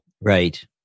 Right